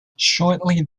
shortly